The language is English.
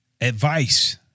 advice